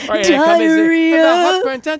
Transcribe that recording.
diarrhea